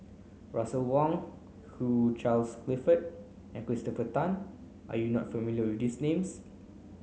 Russel Wong Hugh Charles Clifford and Christopher Tan are you not familiar with this names